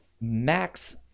max